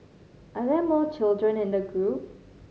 are there more children in the group